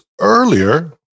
earlier